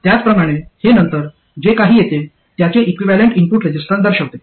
त्याचप्रमाणे हे नंतर जे काही येते त्याचे इक्विव्हॅलेंट इनपुट रेसिस्टन्स दर्शवते